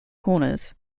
corners